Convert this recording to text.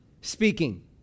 speaking